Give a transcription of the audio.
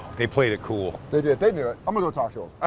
they played it cool. they did. they knew it. i'm gonna go talk to